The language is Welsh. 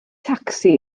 tacsi